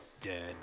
dead